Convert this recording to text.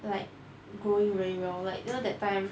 like growing really well like you know that time